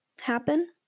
happen